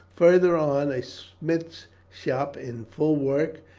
further on a smith's shop in full work,